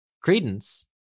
Credence